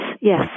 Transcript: yes